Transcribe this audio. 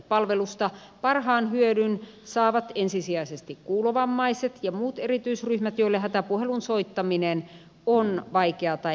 palvelusta parhaan hyödyn saavat ensisijaisesti kuulovammaiset ja muut erityisryhmät joille hätäpuhelun soittaminen on vaikeaa tai mahdotonta